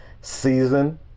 season